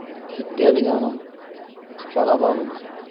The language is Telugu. విద్యావిధానం చాలా బాగుంది సార్